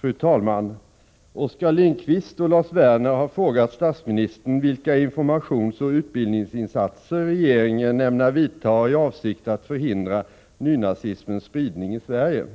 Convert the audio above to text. Fru talman! Oskar Lindkvist och Lars Werner har frågat statsministern vilka informationsoch utbildningsinsatser regeringen ämnar vidta i avsikt att förhindra nynazismens spridning i Sverige.